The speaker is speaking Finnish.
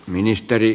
ministeri